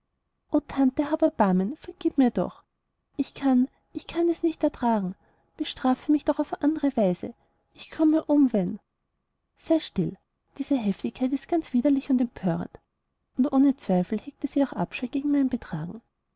vergieb mir doch ich kann ich kann es nicht ertragen bestrafe mich doch auf andere weise ich komme um wenn sei still diese heftigkeit ist ganz widerlich und empörend und ohne zweifel hegte sie auch abscheu gegen mein betragen